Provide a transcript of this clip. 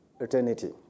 eternity